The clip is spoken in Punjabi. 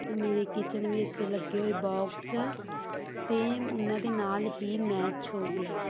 ਅਤੇ ਮੇਰੇ ਕਿਚਨ ਵਿੱਚ ਲੱਗੇ ਹੋਏ ਬੋਕਸ ਸੇਮ ਉਹਨਾਂ ਦੇ ਨਾਲ ਹੀ ਮੈਚ ਹੋ ਗਿਆ